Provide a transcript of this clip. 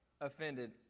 offended